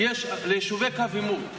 ליישובי קו עימות בצפון,